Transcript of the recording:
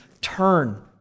turn